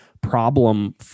problem